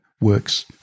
works